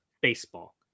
baseball